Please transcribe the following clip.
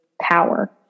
power